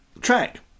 track